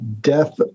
death